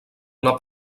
una